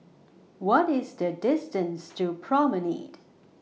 What IS The distance to Promenade